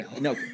No